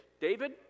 David